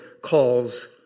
calls